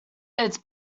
its